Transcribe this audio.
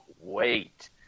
wait